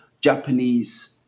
Japanese